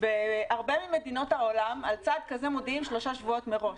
בהרבה ממדינות העולם על צעד כזה מודיעים שלושה חודשים מראש